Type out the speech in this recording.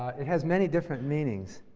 has many different meanings,